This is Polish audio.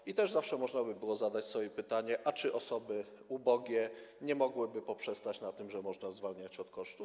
I też zawsze można by było zadać sobie pytanie, czy osoby ubogie nie mogłyby poprzestać na tym, że można by zwalniać od kosztów.